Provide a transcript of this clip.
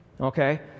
Okay